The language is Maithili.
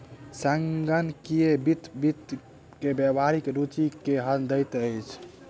संगणकीय वित्त वित्त के व्यावहारिक रूचि के हल दैत अछि